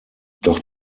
doch